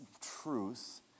truth